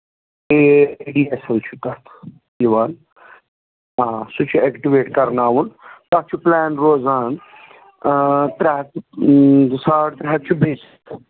ٹھیٖک ریڈی اَصٕل چھُ تَتھ یِوان آ سُہ چھُ اٮ۪کٹِویٹ کَرناوُن تَتھ چھُ پُلین روزان ترٛےٚ ہَتھ ساڑ ترٛےٚ ہَتھ چھِ بیٚیِس